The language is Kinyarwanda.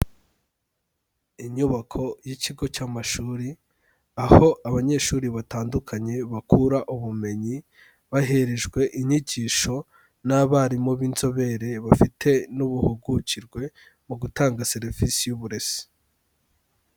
Inyubako y'ikigo cy'amashuri, aho abanyeshuri batandukanye bakura ubumenyi baherejwe inyigisho, n'abarimu b'inzobere bafite n'ubuhugukirwe mu gutanga serivisi y'uburezi.